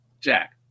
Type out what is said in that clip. Jack